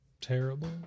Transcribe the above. terrible